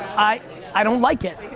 i i don't like it,